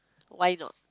why not